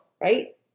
right